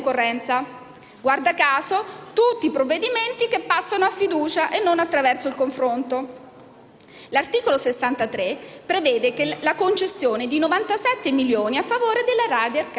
guarda caso, tutti provvedimenti che passano con la fiducia e non attraverso il confronto. L'articolo 63 prevede la concessione di 97 milioni di euro a favore della Ryder Cup Europe,